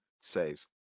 says